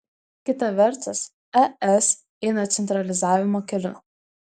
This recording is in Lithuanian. kita vertus es eina centralizavimo keliu